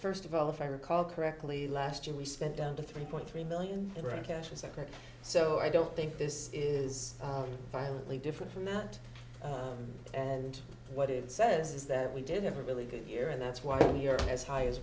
first of all if i recall correctly last year we spent down to three point three million wreckage a second so i don't think this is violently different from that and what it says is that we did have a really good year and that's why we are as high as